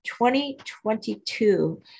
2022